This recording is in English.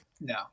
no